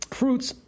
fruits